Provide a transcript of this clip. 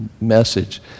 message